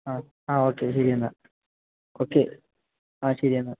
ആ ആ ഓക്കെ ശരി എന്നാൽ ഓക്കെ ആ ശരി എന്നാൽ